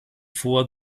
vor